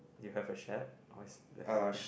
you have a shed or it's the whole thing